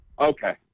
Okay